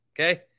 Okay